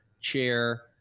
chair